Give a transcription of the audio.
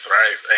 right